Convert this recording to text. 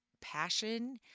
passion